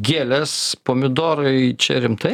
gėles pomidorai čia rimtai